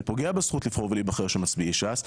זה פוגע בזכות לבחור ולהיבחר של מצביעי ש"ס.